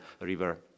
river